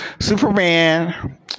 Superman